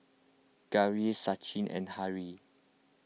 Gauri Sachin and Hri